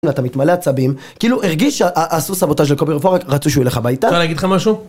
ואתה מתמלא עצבים, כאילו הרגיש שעשו סבוטאז' לקובי רפואה, רצו שהוא ילך הביתה. אפשר להגיד לך משהו?